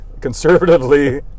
Conservatively